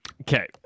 Okay